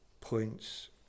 points